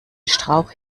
strauch